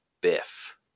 Biff